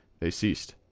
they ceased.